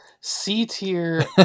C-tier